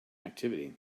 activity